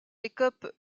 écope